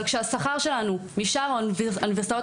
אבל כשהשכר שלנו נמוך ב-50% משאר האוניברסיטאות,